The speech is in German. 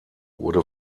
wurde